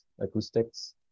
acoustics